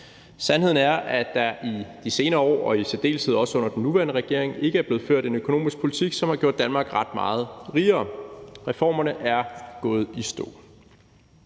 Sandheden er, at der i de senere år og i særdeleshed under den nuværende regering ikke er blevet ført en økonomisk politik, som har gjort Danmark ret meget rigere. Reformerne er gået i stå.